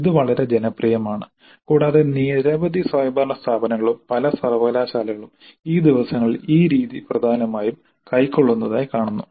ഇത് വളരെ ജനപ്രിയമാണ് കൂടാതെ നിരവധി സ്വയംഭരണ സ്ഥാപനങ്ങളും പല സർവകലാശാലകളും ഈ ദിവസങ്ങളിൽ ഈ രീതി പ്രധാനമായും കൈക്കൊള്ളുന്നതായി കാണുന്നു